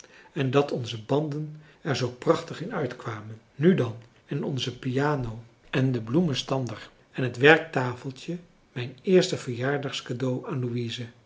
en dat onze banden er zoo prachtig in uitkwamen nu dan en onze piano en den bloemenstanfrançois haverschmidt familie en kennissen der en het werktafeltje mijn eerste verjaarscadeau aan